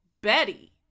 Betty